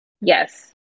Yes